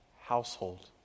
household